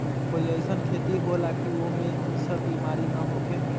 कोई अईसन खेती होला की वो में ई सब बीमारी न होखे?